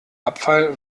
abfall